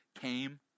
came